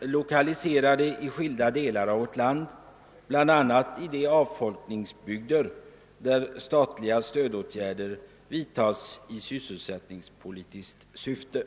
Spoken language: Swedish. lokaliserade till skilda delar av vårt land, bl.a. i de avfolkningsbygder där statliga stödåtgärder vidtas i sysselsättningspolitiskt syfte.